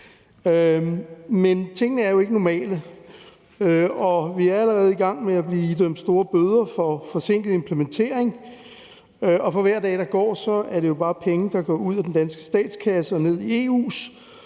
men tingene er jo ikke normale. Vi er allerede i gang med at blive idømt store bøder for forsinket implementering, og for hver dag, der går, er det jo bare penge, der går ud af den danske statskasse og ned i EU's,